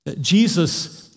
Jesus